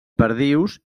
perdius